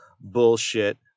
bullshit